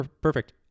perfect